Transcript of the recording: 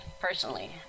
personally